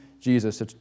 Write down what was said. Jesus